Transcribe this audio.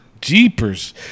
jeepers